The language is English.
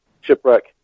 shipwreck